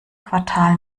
quartal